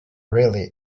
really